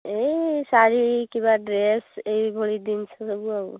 ଏଇ ଶାଢ଼ୀ କିବା ଡ୍ରେସ୍ ଏଇଭଳି ଜିନିଷ ସବୁ ଆଉ